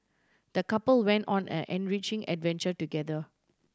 the couple went on an enriching adventure together